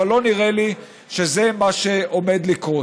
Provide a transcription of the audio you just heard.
אבל לא נראה לי שזה מה שעומד לקרות.